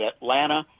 Atlanta